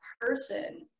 person